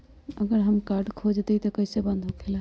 अगर हमर कार्ड खो जाई त इ कईसे बंद होकेला?